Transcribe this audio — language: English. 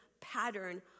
pattern